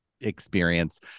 experience